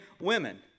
women